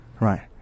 Right